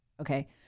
okay